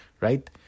right